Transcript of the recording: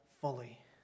fully